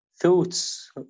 thoughts